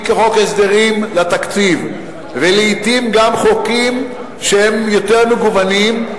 אם כחוק ההסדרים והתקציב ולעתים גם חוקים שהם יותר מגוונים,